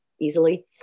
easily